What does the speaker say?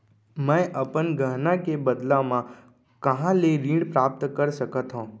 मै अपन गहना के बदला मा कहाँ ले ऋण प्राप्त कर सकत हव?